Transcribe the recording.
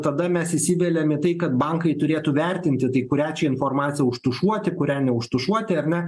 tada mes įsiveliam į tai kad bankai turėtų vertinti tai kurią čia informaciją užtušuoti kurią neužtušuoti ar ne